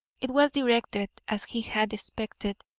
it was directed, as he had expected,